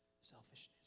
selfishness